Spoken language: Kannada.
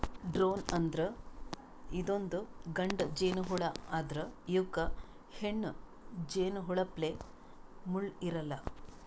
ಡ್ರೋನ್ ಅಂದ್ರ ಇದೊಂದ್ ಗಂಡ ಜೇನಹುಳಾ ಆದ್ರ್ ಇವಕ್ಕ್ ಹೆಣ್ಣ್ ಜೇನಹುಳಪ್ಲೆ ಮುಳ್ಳ್ ಇರಲ್ಲಾ